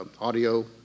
audio